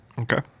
Okay